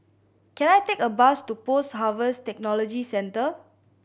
can I take a bus to Post Harvest Technology Centre